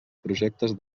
projectes